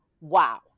Wow